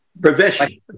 Provision